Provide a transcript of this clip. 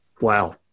Wow